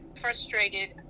frustrated